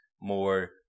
more